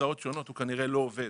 לתוצאות שונות הוא כנראה לא עובד,